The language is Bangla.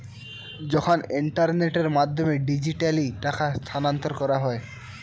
যখন ইন্টারনেটের মাধ্যমে ডিজিট্যালি টাকা স্থানান্তর করা হয়